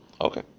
okay